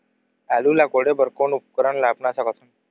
आलू ला कोड़े बर कोन उपकरण ला अपना सकथन?